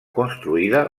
construïda